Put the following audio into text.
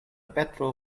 petro